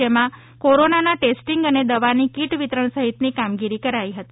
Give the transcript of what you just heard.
જેમાં કોરોનાના ટેસ્ટીંગ અને દવાની કીટ વિતરણ સહિતની કામગીરી કરાઇ હતી